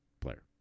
player